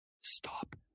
stop